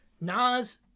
Nas